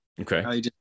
okay